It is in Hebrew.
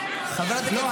בינתיים --- לא,